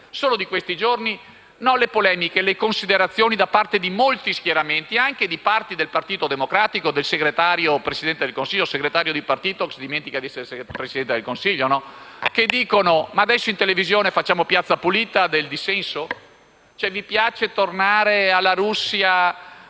Sono di questi giorni non le polemiche ma le considerazioni da parte di molti schieramenti, anche di parti del Partito Democratico, anche del segretario Presidente del Consiglio (segretario di partito che si dimentica di essere Presidente del Consiglio) che dicono che adesso in televisione si farà piazza pulita del dissenso.